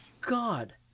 God